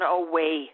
away